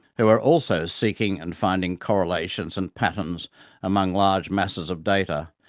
who are also seeking and finding correlations and patterns among large masses of data,